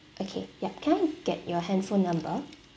okay ya can I get your handphone number